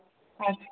अच्छा